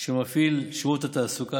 שמפעיל שירות התעסוקה,